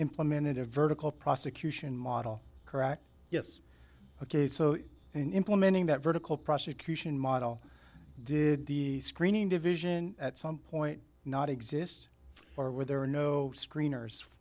implemented a vertical prosecution model correct yes ok so in implementing that vertical prosecution model did the screening division at some point not exist or where there are no screeners